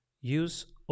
use